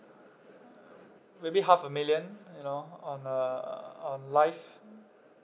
maybe half a million you know on uh on life